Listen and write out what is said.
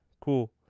cool